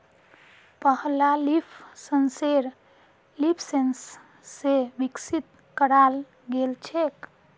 पहला leaf sensor Leafsense स विकसित कराल गेल छेक